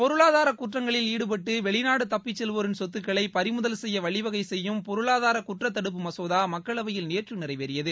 பொருளாதார குற்றங்களில் ஈடுபட்டு வெளிநாடு தப்பிச்செல்வோரின் சொத்துக்களை பறிமுதல் செய்ய வழிவகை செய்யும் பொருளாதார குற்ற தடுப்பு மசோதா மக்களவையில் நேற்று நிறைவேறியது